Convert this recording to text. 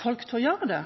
folk til å gjøre det,